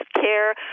care